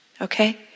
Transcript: Okay